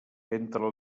entre